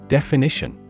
Definition